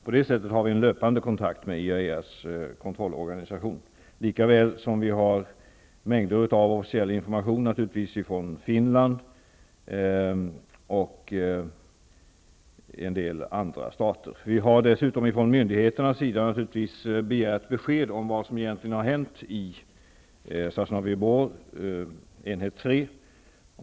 På det sättet har vi en löpande kontakt med IAEA:s kontrollorganisation, likaväl som vi naturligtvis har mängder av officiell information från Finland och en del andra stater. Vi har dessutom från myndigheternas sida begärt besked om vad som egentligen har hänt i Sosnovyj Bor, enhet 3.